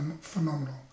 phenomenal